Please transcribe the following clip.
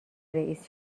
رئیس